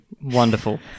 Wonderful